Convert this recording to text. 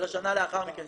של השנה לאחר מכן.